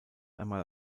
einmal